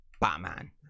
Batman